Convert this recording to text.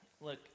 look